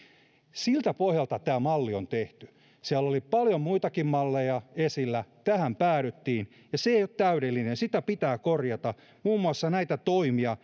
siltä pohjalta tämä malli on tehty siellä oli paljon muitakin malleja esillä tähän päädyttiin ja se ei ei ole täydellinen ja sitä pitää korjata muun muassa näiden